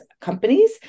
companies